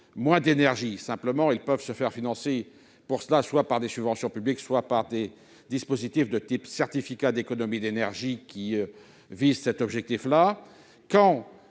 moins d'énergie. Pour cela, elles peuvent se faire financer soit par des subventions publiques, soit par des dispositifs de type certificats d'économie d'énergie (C2E), qui visent cet objectif.